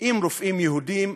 עם רופאים יהודים,